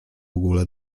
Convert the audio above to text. ogóle